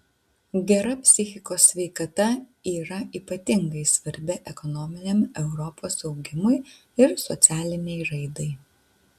gera psichikos sveikata yra ypatingai svarbi ekonominiam europos augimui ir socialinei raidai